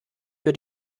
für